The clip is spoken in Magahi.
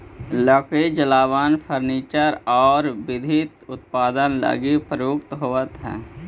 लकड़ी जलावन, फर्नीचर औउर विविध उत्पाद लगी प्रयुक्त होवऽ हई